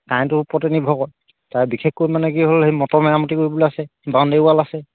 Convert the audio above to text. কাৰেণ্টোৰ ওপৰতে নিৰ্ভৰ তাৰ বিশেষকৈ মানে কি হ'ল সেই মটৰ মেৰামতি কৰিবলৈ আছে বাউণ্ডেৰী ৱাল আছে